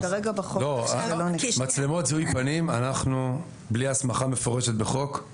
אבל כרגע בחוק --- מצלמות זיהוי פנים בלי הסמכה מפורשת בחוק אנחנו